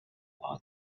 all